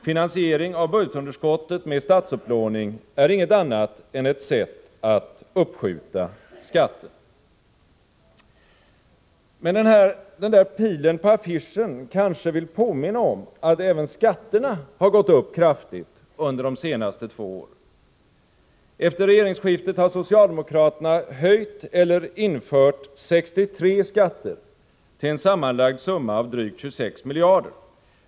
Finansiering av budgetunderskottet med statsupplåning är inget annat än ett sätt att uppskjuta skatten. Men den där pilen på affischen kanske vill påminna om att även skatterna har gått upp kraftigt under de senaste två åren? Efter regeringsskiftet har socialdemokraterna höjt eller infört 63 skatter till en sammanlagd summa av drygt 26 miljarder.